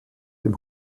dem